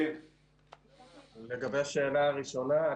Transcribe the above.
לגבי השאלה הראשונה,